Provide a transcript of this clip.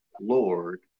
Lord